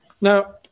Now